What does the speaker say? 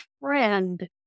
friend